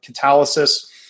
Catalysis